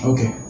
Okay